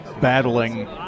battling